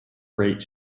rate